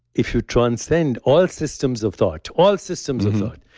if you transcend all systems of thought, all systems of thought,